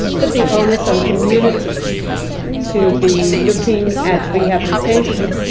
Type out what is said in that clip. but the onus on communities to be looking at rehabilitation.